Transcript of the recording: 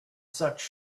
such